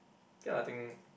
ya I think